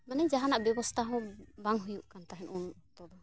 ᱢᱟᱱᱮ ᱡᱟᱦᱟᱱᱟᱜ ᱵᱮᱵᱚᱥᱛᱷᱟ ᱦᱚᱸ ᱵᱟᱝ ᱦᱩᱭᱩᱜ ᱠᱟᱱ ᱛᱟᱦᱮᱱ ᱩᱱ ᱚᱠᱛᱚ ᱫᱚ